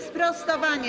Sprostowanie.